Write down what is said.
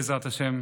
בעזרת השם.